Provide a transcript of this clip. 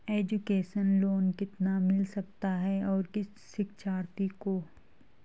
Education loan कितना मिल सकता है और किस शिक्षार्थी को?